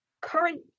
current